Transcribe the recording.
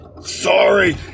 Sorry